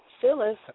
Phyllis